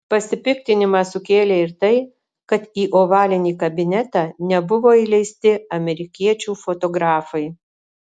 pasipiktinimą sukėlė ir tai kad į ovalinį kabinetą nebuvo įleisti amerikiečių fotografai